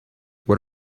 what